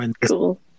Cool